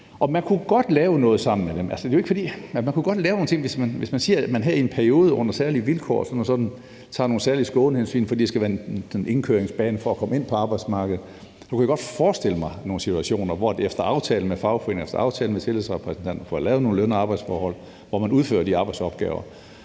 man kunne godt lave nogle ting, hvis man siger, at man i en periode under særlige vilkår tager nogle særlige skånehensyn, fordi det skal være sådan en indkøringsbane for at komme ind på arbejdsmarkedet. Så kunne jeg godt forestille mig nogle situationer, hvor man efter aftale med fagforeninger og efter aftale med tillidsrepræsentanter får lavet nogle løn- og arbejdsforhold, hvor man udfører de arbejdsopgaver.